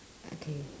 okay